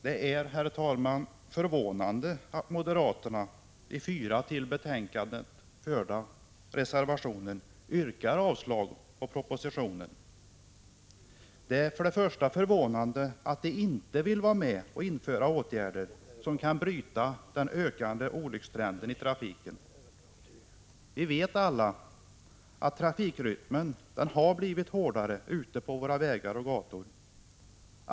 Det är, herr talman, förvånande att moderaterna i fyra till betänkandet fogade reservationer yrkar avslag på propositionens förslag. För det första är det förvånande att reservanterna inte vill vara med och införa åtgärder, som kan bryta den allt svårare olyckstrenden i trafiken. Vi vet alla att trafikrytmen har blivit hårdare ute på våra vägar och gator.